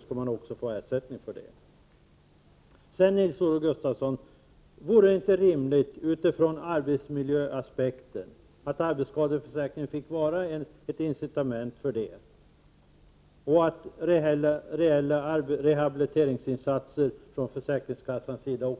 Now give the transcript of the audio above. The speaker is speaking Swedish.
Sedan vill jag fråga: Vore det inte rimligt utifrån arbetsmiljöaspekter att arbetsskadeförsäkringen fick vara ett incitament och att reella rehabiliteringsinsatser från försäkringskassans sida